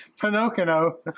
Pinocchio